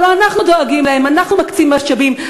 הלוא אנחנו דואגים להם, אנחנו מקצים משאבים.